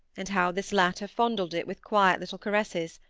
and how this latter fondled it with quiet little caresses,